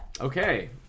Okay